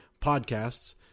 podcasts